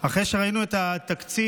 אחרי שראינו את התקציב,